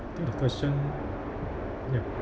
think the question ya